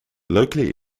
locally